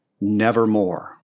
nevermore